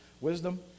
wisdom